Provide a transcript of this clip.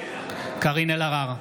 קארין אלהרר,